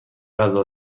غذا